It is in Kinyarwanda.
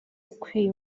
ukwiye